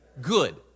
Good